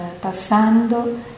passando